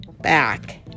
Back